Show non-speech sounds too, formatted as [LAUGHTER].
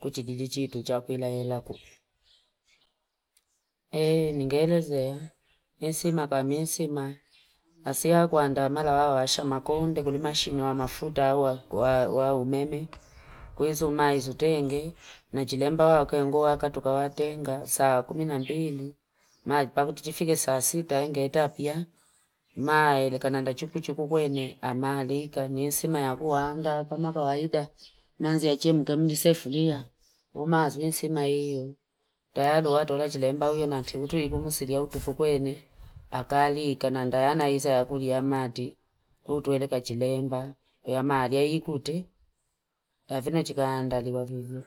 tuchijiji chetu cha kwuila lalela [NOISE] ku [HESITATION] ningeelezea ninsima kaninsima asea kuandaa mala washa makonde kulima shimafuta wa- wa umeme we nzomanzi twende nchilemba wakwe ndo tukawatenga saa kumi nambili napati tufike saa sita itapia nayee nekanda chuku chuku kwenye amalika nisemi yakuanga kama kawaida manzi ya cheni tanulisefu mia umanzi usema [HESITATION] tayali watu nachilemba we na [UNINTELLIGIBLE] akaangiita nangaya niza akuja mate twende kachilemba yaaikuti avine chikaamba nilavivu.